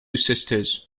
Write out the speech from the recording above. sisters